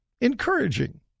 encouraging